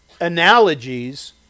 analogies